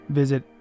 visit